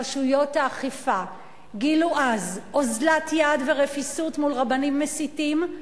רשויות האכיפה גילו אז אוזלת יד ורפיסות מול רבנים מסיתים.